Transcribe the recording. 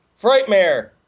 Frightmare